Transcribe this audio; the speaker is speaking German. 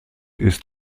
ist